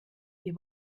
ihr